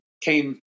came